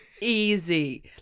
Easy